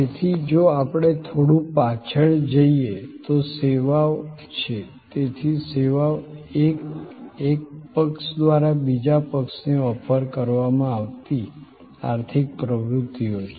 તેથી જો આપણે થોડું પાછળ જઈએ તો સેવાઓ છે તેથી સેવાઓ એ એક પક્ષ દ્વારા બીજા પક્ષને ઓફર કરવામાં આવતી આર્થિક પ્રવૃત્તિઓ છે